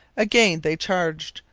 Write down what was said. again they charged.